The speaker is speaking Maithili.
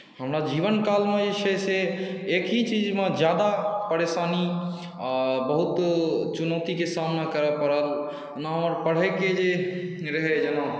हमर जीवनकालमे जे छै से एक ही चीजमे जादा परेशानी आओर बहुत चुनौतीके सामना करऽ पड़ल ओना हमरा पढ़ैके जे रहै जेना